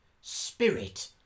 Spirit